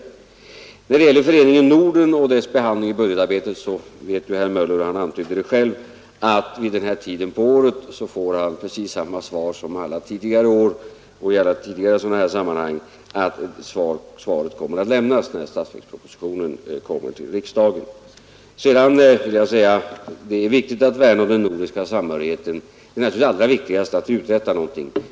Beträffande Föreningen Norden och dess behandling i budgetarbetet så vet ju herr Möller — han antydde det själv — att vid den här tiden på året får han precis samma besked som alla tidigare år i sådana här sammanhang, nämligen att svaret kommer att lämnas när statsverkspropositionen kommer till riksdagen. Det är viktigt att värna om den nordiska samhörigheten. Det är emellertid allra viktigast att uträtta någonting.